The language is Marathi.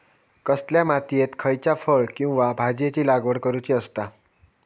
कसल्या मातीयेत खयच्या फळ किंवा भाजीयेंची लागवड करुची असता?